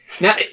Now